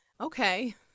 Okay